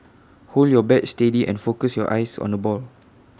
hold your bat steady and focus your eyes on the ball